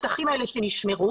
השטחים האלה שנשמרו,